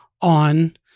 on